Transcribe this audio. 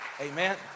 amen